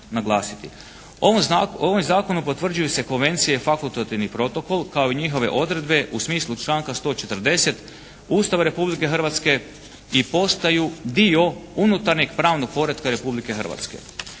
Ovim zakonom potvrđuju se konvencije i fakultativni protokol kao i njihove odredbe u smislu članka 140. Ustava Republike Hrvatske i postaju dio unutarnjeg pravnog poretka Republike Hrvatske.